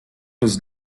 does